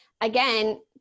again